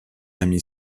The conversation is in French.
amie